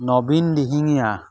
Nabin Dihingia